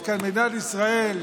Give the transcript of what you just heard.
יש כאן מדינת ישראל,